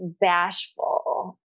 bashful